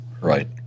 Right